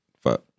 Fuck